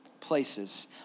places